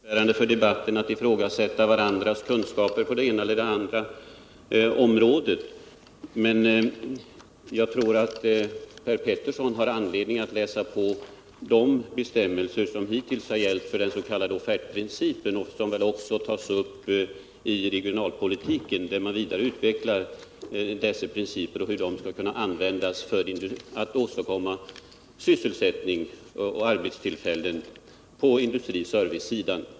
Herr talman! Jag vet inte om det är så fruktbärande för debatten att vi ifrågasätter varandras kunskaper på det ena eller andra området. Men jag tror att Per Petersson har anledning att läsa på de bestämmelser som hittills har gällt för de s.k. offertprinciperna. De har väl också tagits upp i regionalpolitiska sammanhang, där man vidareutvecklar dessa principer och diskuterar hur de skall kunna användas för att åstadkomma arbetstillfällen på industrioch servicesidan.